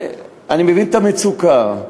אני מבין את המצוקה,